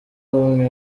umwe